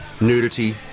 nudity